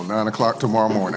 nine o'clock tomorrow morning